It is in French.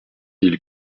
ils